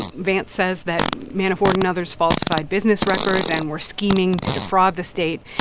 vance says that manafort and others falsified business records and were scheming to defraud the state.